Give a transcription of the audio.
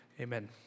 amen